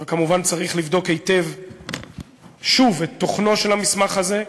אבל כמובן צריך לבדוק היטב שוב את תוכנו של המסמך הזה,